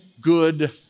good